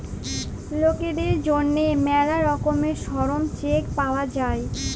লকদের জ্যনহে ম্যালা রকমের শরম চেক পাউয়া যায়